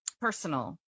personal